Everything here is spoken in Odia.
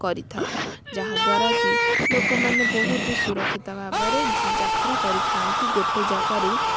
କରିଥାଉ ଯାହାଦ୍ଵାରା କି ଲୋକମାନେ ବହୁତ ସୁରକ୍ଷିତ ଭାବରେ ଯାତ୍ରା କରିଥାନ୍ତି ଗୋଟେ ଯାଗାରୁ